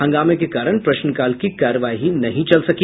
हंगामे के कारण प्रश्नकाल की कार्यवाही नहीं चल सकी